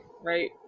right